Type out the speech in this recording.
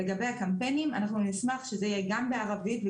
לגבי הקמפיינים: אנחנו נשמח שזה יהיה גם בערבית.